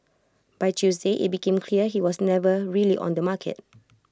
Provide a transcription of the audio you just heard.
by Tuesday IT became clear he was never really on the market